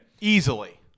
Easily